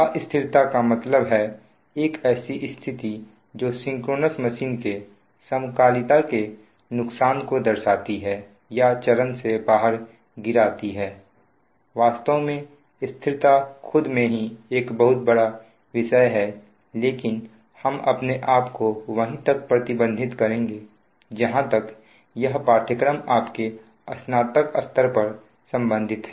अस्थिरता का मतलब है एक ऐसी स्थिति जो सिंक्रोनस मशीन के समकालिकता के नुकसान को दर्शाती है या चरण से बाहर गिराती हैवास्तव में स्थिरता खुद में ही एक बहुत बड़ा विषय है लेकिन हम अपने आप को वहीं तक प्रतिबंधित करेंगे जहां तक यह पाठ्यक्रम आपके स्नातक स्तर पर संबंधित है